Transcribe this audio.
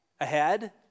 Ahead